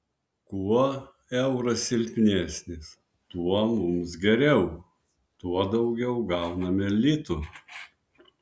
kuo euras silpnesnis tuo mums geriau tuo daugiau gauname litų